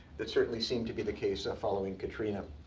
that certainly seemed to be the case and following katrina,